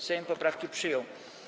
Sejm poprawki przyjął.